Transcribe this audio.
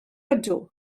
ydw